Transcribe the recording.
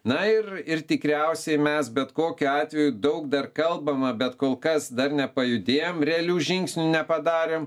na ir ir tikriausiai mes bet kokiu atveju daug dar kalbama bet kol kas dar nepajudėjom realių žingsnių nepadarėm